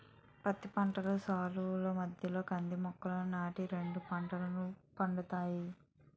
పత్తి పంట సాలుల మధ్యలో కంది మొక్కలని నాటి తే రెండు పంటలు పండుతాయి